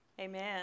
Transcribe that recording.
Amen